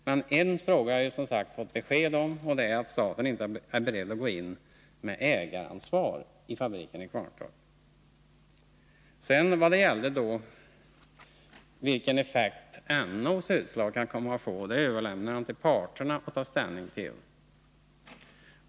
Men på en punkt har jag fått besked, och det är att staten inte är beredd att gå in med ägaransvar i fabriken i Kvarntorp. Vad sedan gäller vilken effekt NO:s utslag kan komma att få överlämnar industriministern det till parterna att ta ställning till.